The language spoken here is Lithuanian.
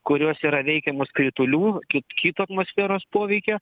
kurios yra veikiamos kritulių kit kito atmosferos poveikio